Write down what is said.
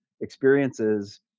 experiences